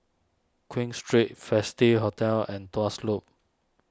Queen Street Festive Hotel and Tuas Loop